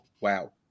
wow